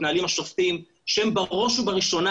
נכנסים לאולמות בתי המשפט כשהם כבולים ברגליים,